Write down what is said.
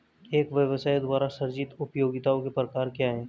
एक व्यवसाय द्वारा सृजित उपयोगिताओं के प्रकार क्या हैं?